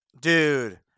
Dude